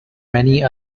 many